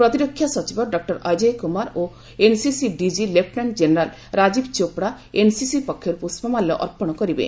ପ୍ରତିରକ୍ଷା ସଚିବ ଡକ୍କର ଅଜୟ କୁମାର ଓ NCC DG lieutenant general Rajiv Chopra NCC ପକ୍ଷରୁ ପୁଷ୍ପମାଲ୍ୟ ଅର୍ପଣ କରିବେ